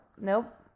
Nope